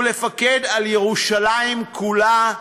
ולפקד על ירושלים כולה.